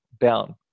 down